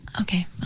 Okay